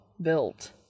built